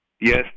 Yes